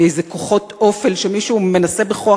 מאיזה כוחות אופל שמישהו מנסה בכוח